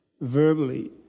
verbally